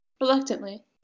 Reluctantly